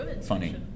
funny